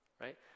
right